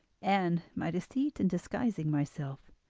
and my deceit in disguising myself.